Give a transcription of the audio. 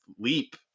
leap